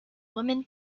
woman